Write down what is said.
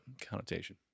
connotation